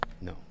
No